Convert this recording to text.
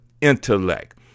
intellect